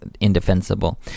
indefensible